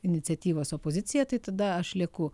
iniciatyvos opozicija tai tada aš lieku